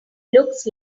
looks